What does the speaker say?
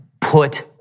Put